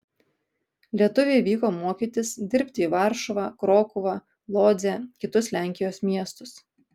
lietuviai vyko mokytis dirbti į varšuvą krokuvą lodzę kitus lenkijos miestus